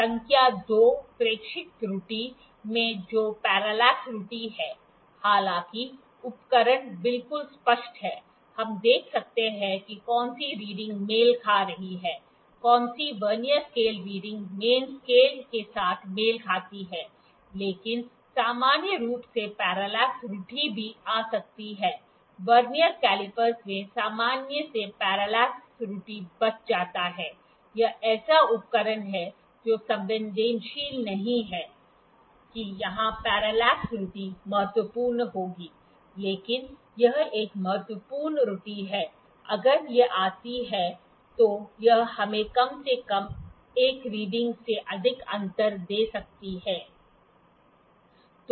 संख्या 2 प्रेक्षक त्रुटि है जो पेरालाक्स त्रुटि है हालाँकि उपकरण बिल्कुल स्पष्ट है हम देख सकते हैं कि कौन सी रीडिंग मेल खा रही है कौन सी vernier scale reading main scale के साथ मेल खाती है लेकिन सामान्य रूप से पेरालाक्स त्रुटि भी आ सकती है वर्नियर कैलीपर में सामान्य से पेरालाक्स त्रुटि बच जाता है यह ऐसा उपकरण है जो संवेदनशील नहीं है कि यहां पेरालाक्स त्रुटि महत्वपूर्ण होगी लेकिन यह एक महत्वपूर्ण त्रुटि है अगर यह आती है तो यह हमें कम से कम 1 रीडिंग से अधिक अंतर दे सकती है